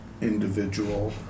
individual